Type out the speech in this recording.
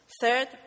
Third